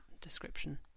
description